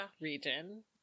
region